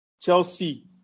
Chelsea